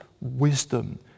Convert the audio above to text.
wisdom